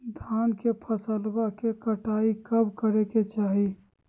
धान के फसलवा के कटाईया कब करे के चाही?